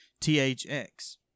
THX